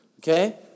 Okay